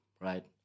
Right